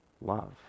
love